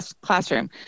Classroom